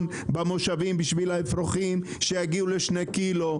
במושבים בשביל האפרוחים שיגיעו לשני קילו,